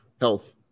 health